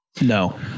No